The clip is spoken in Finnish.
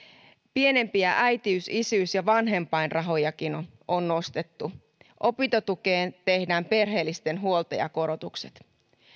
pienimpiä äitiys isyys ja vanhempainrahojakin on on nostettu opintotukeen tehdään perheellisten huoltajakorotukset